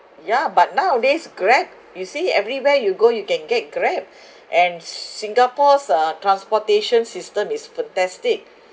yeah but nowadays grab you see everywhere you go you can get grab and singapore's uh transportation system is fantastic